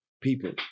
people